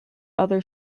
other